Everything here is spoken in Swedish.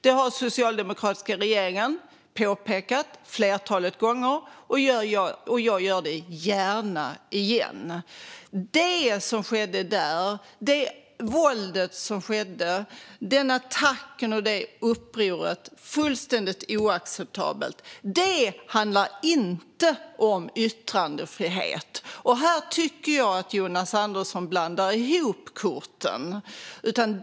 Det har den socialdemokratiska regeringen påpekat ett flertal gånger, och jag gör det gärna igen: Det som skedde där - våldet, attacken, upproret - är fullständigt oacceptabelt. Det handlar inte om yttrandefrihet. Här tycker jag att Jonas Andersson blandar ihop korten.